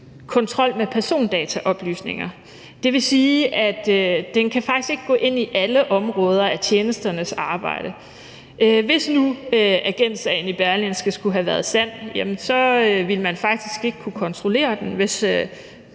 kontrol med persondataoplysninger, og det vil sige, at tilsynet faktisk ikke kan gå ind i alle områder af tjenesternes arbejde. Hvis nu den omtalte agentsag i Berlingske skulle have været sand, ville man faktisk ikke kunne kontrollere den,